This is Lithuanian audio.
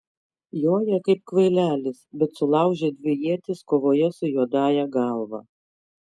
joja kaip kvailelis bet sulaužė dvi ietis kovoje su juodąja galva